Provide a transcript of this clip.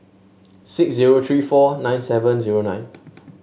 six zero three four nine seven zero nine